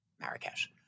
Marrakesh